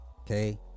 okay